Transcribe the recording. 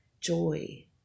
joy